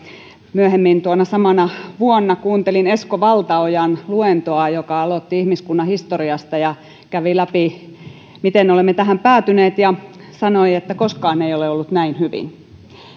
myöhemmin tuona samana vuonna kuuntelin esko valtaojan luentoa joka aloitti ihmiskunnan historiasta ja kävi läpi miten olemme tähän päätyneet ja sanoi että koskaan ei ole ollut näin hyvin